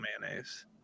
mayonnaise